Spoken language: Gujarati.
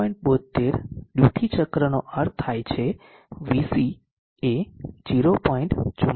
72 ડ્યુટી ચક્રનો અર્થ થાય છે VC એ 0